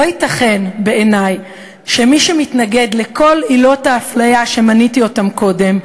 לא ייתכן בעיני שמי שמתנגד לכל עילות האפליה שמניתי קודם,